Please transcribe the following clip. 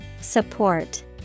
Support